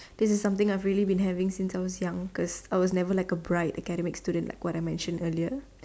this is something I've really been having since I was young because I was never a bright academic student like what I mentioned earlier